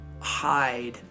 hide